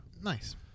Nice